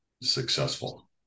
successful